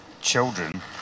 children